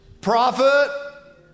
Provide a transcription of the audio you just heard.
Prophet